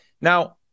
Now